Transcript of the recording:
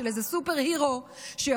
של איזה superhero שיבוא,